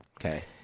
Okay